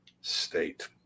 State